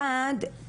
אחד,